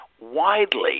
widely